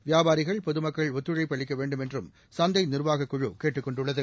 வியாபாரிகள் பொதுமக்கள் ஒத்துழைப்பு அளிக்க வேண்டும் என்றும் சந்தை நிர்வாகக்குழு கேட்டுக் கொண்டுள்ளது